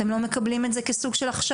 אתם לא מקבלים את זה כסוג של הכשרה?